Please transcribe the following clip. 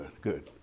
good